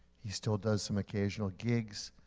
he still does some occasional gigs.